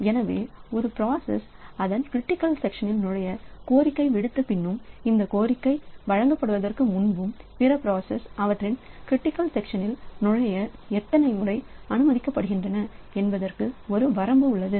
எனவே ஒரு பிராசஸ் அதன் க்ரிட்டிக்கல் செக்ஷனில் நுழைய கோரிக்கை விடுத்தபின்னும் அந்த கோரிக்கை வழங்கப்படுவதற்கு முன்பும் பிற பிராசஸ் அவற்றின் க்ரிட்டிக்கல் செக்ஷனில் நுழைய எத்தனை முறை அனுமதிக்கப்படுகின்றன என்பதற்கு ஒரு வரம்பு உள்ளது